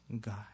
God